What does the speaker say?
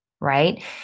right